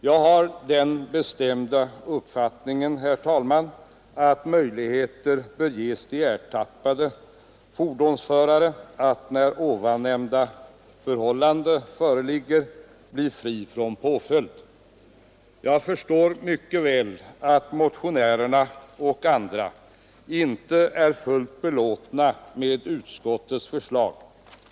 Jag har den bestämda uppfattningen, herr talman, att möjligheter bör ges ertappade fordonsförare att när det här nämnda förhållandet föreligger gå fria från påföljd. Jag förstår mycket väl att motionärerna och andra inte är fullt belåtna med utskottets förslag.